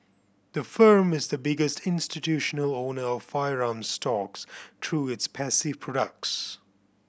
the firm is the biggest institutional owner of firearms stocks through its passive products